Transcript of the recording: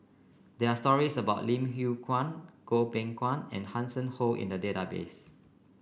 there stories about Lim Yew Kuan Goh Beng Kwan and Hanson Ho in the database